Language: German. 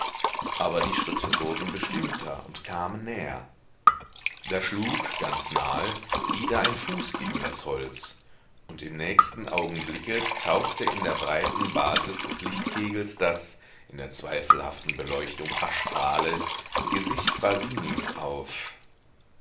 aber die schritte wurden bestimmter und kamen näher da schlug ganz nahe wieder ein fuß gegen das holz und im nächsten augenblicke tauchte in der breiten basis des lichtkegels das in der zweifelhaften beleuchtung aschfahle gesicht basinis auf